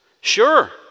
Sure